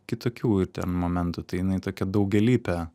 kitokių ten momentų tai jinai tokia daugialypė